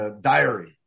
diary